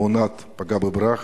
תאונת פגע וברח: